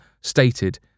stated